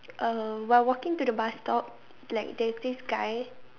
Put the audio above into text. uh while walking to the bus stop like there's this guy